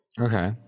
Okay